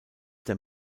der